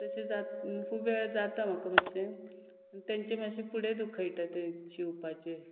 तशें जात खूब वेळार जाता म्हाका मातशें तेंचें मातशें फुडें धुकळटा तें शिंवपाचें